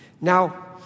Now